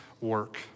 work